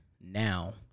now